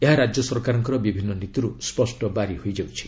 ଏହା ରାଜ୍ୟ ସରକାରଙ୍କ ବିଭିନ୍ନ ନୀତିରୁ ସ୍ୱଷ୍ଟ ବାରି ହୋଇଯାଉଛି